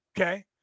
Okay